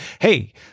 Hey